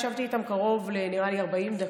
ישבתי איתם, נראה לי שקרוב ל-40 דקות,